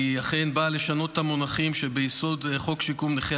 היא אכן באה לשנות את המונחים שביסוד חוק שיקום נכי